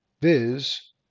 viz